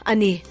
Ani